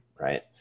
right